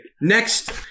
Next-